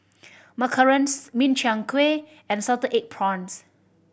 macarons Min Chiang Kueh and salted egg prawns